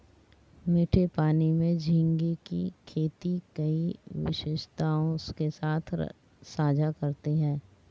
मीठे पानी में झींगे की खेती कई विशेषताओं के साथ साझा करती है